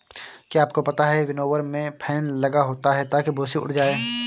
क्या आपको पता है विनोवर में फैन लगा होता है ताकि भूंसी उड़ जाए?